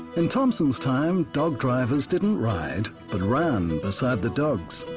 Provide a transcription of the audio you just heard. in thompson's time, dog drivers didn't ride, but ran and beside the dogs,